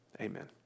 amen